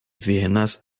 venas